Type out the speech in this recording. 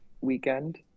weekend